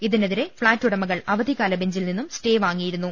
ഇതിനെതിരെ ഫ്ളാറ്റ് ഉടമകൾ അവധികാല ബെഞ്ചിൽ നിന്നും സ്റ്റേ വാങ്ങിയിരുന്നു